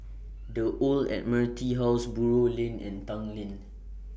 The Old Admiralty House Buroh Lane and Tanglin